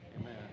Amen